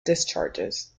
discharges